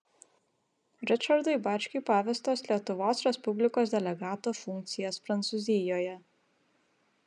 ričardui bačkiui pavestos lietuvos respublikos delegato funkcijas prancūzijoje